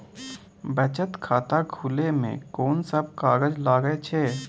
बचत खाता खुले मे कोन सब कागज लागे छै?